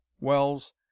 Wells